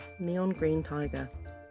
NeonGreenTiger